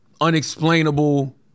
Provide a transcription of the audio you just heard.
unexplainable